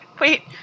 Wait